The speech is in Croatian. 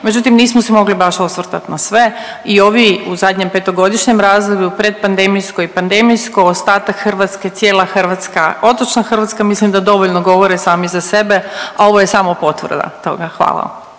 međutim nismo se mogli baš osvrtat na sve. I ovi u zadnjem petogodišnjem razdoblju, predpandemijskoj i pandemijskoj ostatak Hrvatske, cijela Hrvatska, otočna Hrvatska mislim da dovoljno govore sami za sebe, a ovo je samo potvrda toga. Hvala.